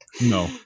No